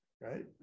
right